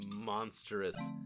monstrous